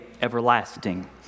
everlasting